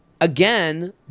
again